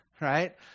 right